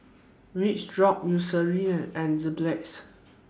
Vachodrops Eucerin and Enzyplex